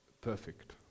perfect